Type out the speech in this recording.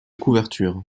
couverture